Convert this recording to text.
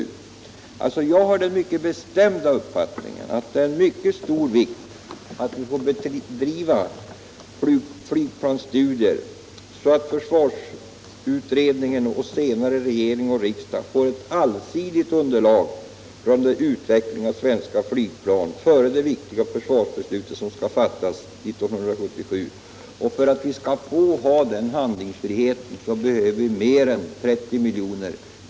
Jag har den mycket bestämda uppfattningen att det är av mycket stor vikt att vi får bedriva flygplansstudier så att försvarsutredningen och senare regering och riksdag får ett allsidigt underlag rörande utvecklingen av svenska flygplan för det viktiga försvarsbeslut som skall fattas 1977. För att vi skall få ha den handlingsfriheten behöver vi mer än 30 milj.kr.